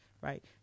right